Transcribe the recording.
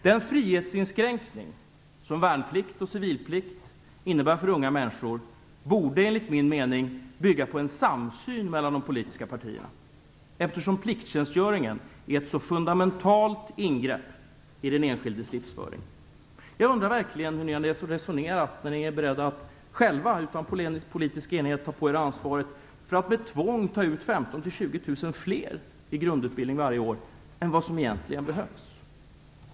Den frihetsinskränkning som värnplikt och civilplikt innebär för unga människor borde enligt min mening bygga på en samsyn mellan de politiska partierna, eftersom plikttjänstgöringen är ett så fundamentalt ingrepp i den enskildes livsföring. Jag undrar verkligen hur ni har resonerat när ni är beredda att själva, utan politisk enighet, ta på er ansvaret för att med tvång ta ut 15 000 20 000 fler till grundutbildning varje år än vad som egentligen behövs.